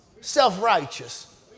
Self-righteous